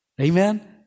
Amen